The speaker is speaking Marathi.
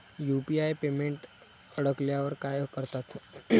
यु.पी.आय पेमेंट अडकल्यावर काय करतात?